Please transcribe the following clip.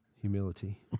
Humility